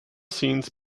scenes